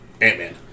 Ant-Man